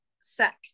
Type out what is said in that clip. sex